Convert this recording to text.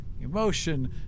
emotion